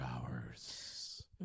hours